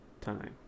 time